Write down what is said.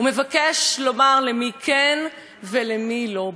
ומבקש לומר למי כן ולמי לא,